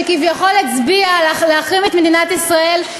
שכביכול הצביע להחרים את מדינת ישראל,